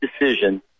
decision